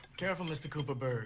careful, mr. kuperburg